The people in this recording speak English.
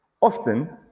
Often